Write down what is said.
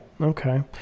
okay